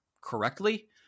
correctly